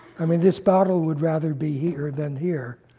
i mean, this battle would rather be here than here,